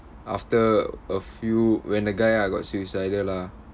after a few when a guy ah got suicidal lah